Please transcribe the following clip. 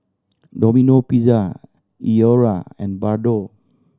Domino Pizza Iora and Bardot